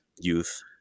youth